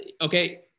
okay